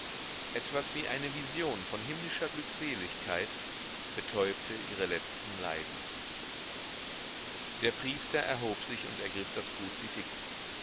etwas wie eine vision von himmlischer glückseligkeit betäubte ihre letzten leiden der priester erhob sich und ergriff das kruzifix